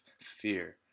fear